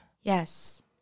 Yes